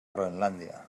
groenlàndia